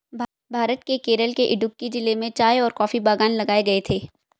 भारत के केरल के इडुक्की जिले में चाय और कॉफी बागान लगाए गए थे